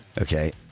Okay